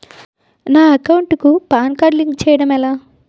నా అకౌంట్ కు PAN card link చేయడం ఎలా?